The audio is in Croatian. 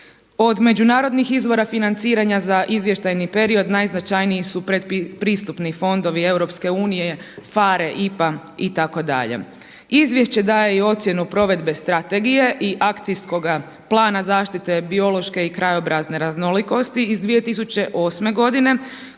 Od međunarodnih izvora financiranja za izvještajni period najznačajniji su predpristupni fondovi EU PFARE, IPA itd.. Izvješće daje i ocjenu provedbe strategije i Akcijskoga plana zaštite biološke i krajobrazne raznolikosti iz 2008. godine